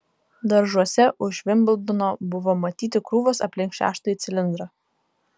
daržuose už vimbldono buvo matyti krūvos aplink šeštąjį cilindrą